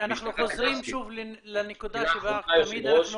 אנחנו חוזרים שוב לנקודה שבה תמיד אנחנו